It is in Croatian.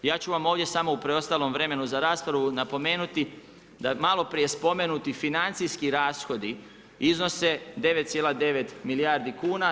Ja ću vam ovdje samo u preostalom vremenu za raspravu napomenuti da malo prije spomenuti financijski rashodi iznose 9,9 milijardi kuna.